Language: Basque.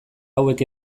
hauek